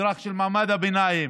אזרח של מעמד הביניים,